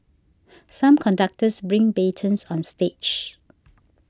some conductors bring batons on stage